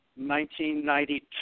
1992